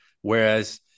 whereas